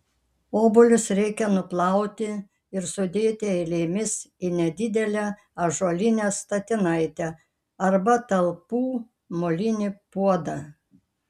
obuolius reikia nuplauti ir sudėti eilėmis į nedidelę ąžuolinę statinaitę arba talpų molinį puodą